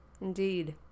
Indeed